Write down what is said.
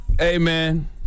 Amen